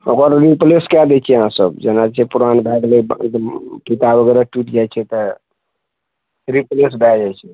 ओकर रिप्लेस कए दै छियै अहाँ सब जेना जे पुरान भए गेलय फीता वगैरह टुटि जाइ छै तऽ रिप्लेस भए जाइ छै